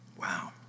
wow